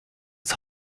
his